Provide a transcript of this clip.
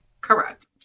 Correct